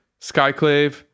skyclave